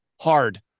Hard